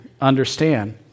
Understand